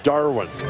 Darwin